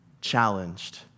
challenged